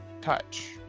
Touch